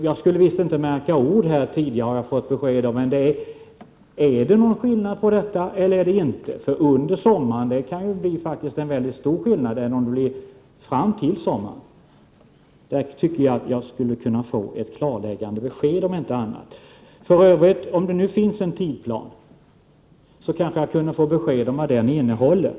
Jag skulle inte märka ord, har jag fått besked om tidigare i debatten, men jag vill ändå fråga: Är det någon skillnad eller är det det inte? Det är faktiskt stor skillnad om promemorian kommer till sommaren eller om den kommer under sommaren. På den punkten tycker jag att jag skulle kunna få ett klarläggande besked, om inte annat. Om det nu finns en tidsplan kanske jag också kunde få besked om vad den innehåller.